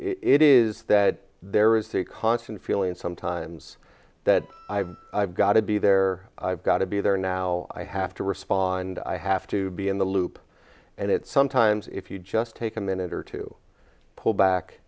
it is that there is the constant feeling sometimes that i've got to be there i've got to be there now i have to respond i have to be in the loop and it sometimes if you just take a minute or two pull back